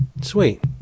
Sweet